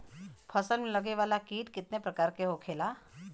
फसल में लगे वाला कीट कितने प्रकार के होखेला?